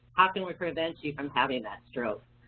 how can we prevent you from having that stroke?